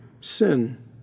sin